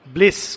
Bliss